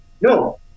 No